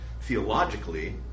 theologically